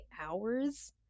hours